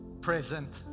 present